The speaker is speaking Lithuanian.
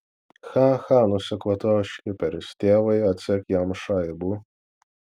cha cha nusikvatojo škiperis tėvai atsek jam šaibų